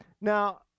Now